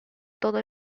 todo